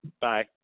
Bye